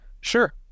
sure